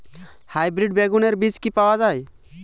Hybrid বেগুনের বীজ কি পাওয়া য়ায়?